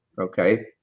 Okay